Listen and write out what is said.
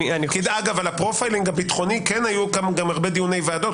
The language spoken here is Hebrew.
על הפרופיילינג הביטחוני כן היו הרבה דיוני ועדות.